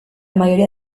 mayoría